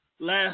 last